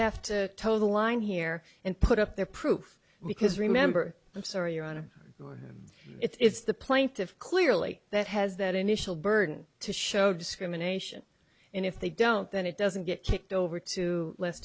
have to tell the line here and put up their proof because remember i'm sorry your honor or it's the plaintiffs clearly that has that initial burden to show discrimination and if they don't then it doesn't get kicked over to less